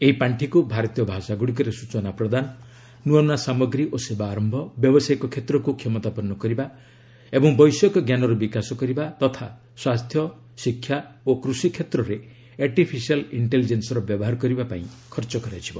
ଏହି ପାଷ୍ଠିକୁ ଭାରତୀୟ ଭାଷାଗୁଡ଼ିକରେ ସୂଚନା ପ୍ରଦାନ ନୂଆ ନୂଆ ସାମଗ୍ରୀ ଓ ସେବା ଆରମ୍ଭ ବ୍ୟବସାୟିକ କ୍ଷେତ୍ରକୁ କ୍ଷମତାପନ୍ନ କରିବା ଓ ବୈଷୟିକଜ୍ଞାନର ବିକାଶ କରିବା ଏବଂ ସ୍ୱାସ୍ଥ୍ୟ ଶିକ୍ଷା ତଥା କୃଷି କ୍ଷେତ୍ରରେ ଆର୍ଟିଫିସିଆଲ୍ ଇଷ୍ଟେଲିଜେନ୍ନର ବ୍ୟବହାର କରିବା ପାଇଁ ଖର୍ଚ୍ଚ କରାଯିବ